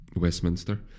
Westminster